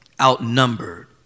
Outnumbered